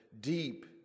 deep